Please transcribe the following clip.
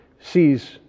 sees